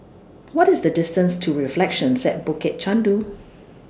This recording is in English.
What IS The distance to Reflections At Bukit Chandu